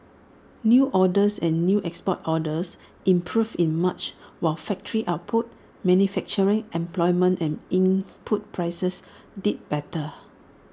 new orders and new export orders improved in March while factory output manufacturing employment and input prices did better